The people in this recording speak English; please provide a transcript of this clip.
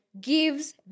gives